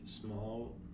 small